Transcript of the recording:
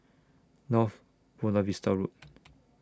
North Buona Vista Road